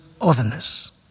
otherness